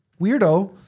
weirdo